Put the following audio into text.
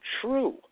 true